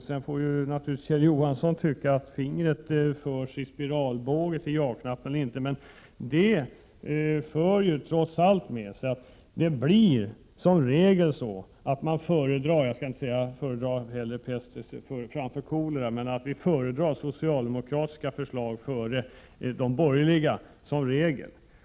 Sedan får naturligtvis Kjell Johansson tycka att fingret förs i en spiralrörelse till ja-knappen. Jag skall inte säga att vi föredrar pest framför kolera, men vår bedömning blir trots allt som regel att vi föredrar socialdemokratiska förslag framför borgerliga.